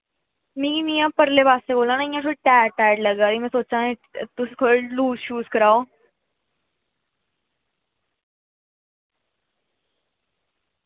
नेईं मिगी इंया परले पासेआ ना शैल टाईट लग्गा दी ते में सोचा नी तुस कोई लूज़ कराओ